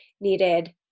needed